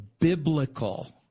biblical